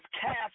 cast